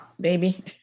baby